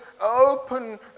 open